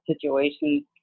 situations